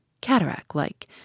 cataract-like